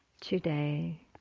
today